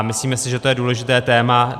Myslíme si, že to je důležité téma.